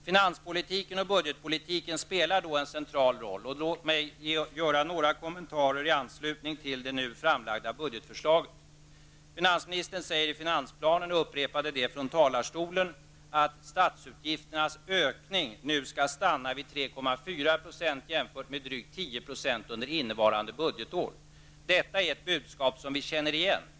Finanspolitiken och budgetpolitiken spelar då en central roll, och låt mig göra några kommentarer i anslutning till det nu framlagda budgetförslaget. Finansministern säger i finansplanen och upprepade det nu i talarstolen, att statsutgifternas ökning skall stanna vid 3,4 % jämfört med drygt 10 % under innevarande budgetår. Detta är ett budskap som vi känner igen.